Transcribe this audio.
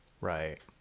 Right